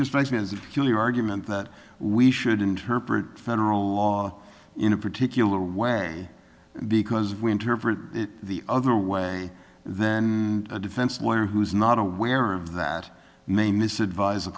just makes me as if you argument that we should interpret federal law in a particular way because we interpret it the other way then a defense lawyer who is not aware of that may miss advise a